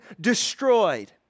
destroyed